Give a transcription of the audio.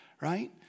right